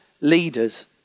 leaders